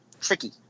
tricky